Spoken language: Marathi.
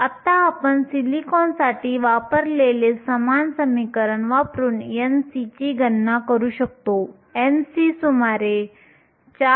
आता आपण सिलिकॉनसाठी वापरलेले समान समीकरण वापरून Nc ची गणना करू शकतो Nc सुमारे 4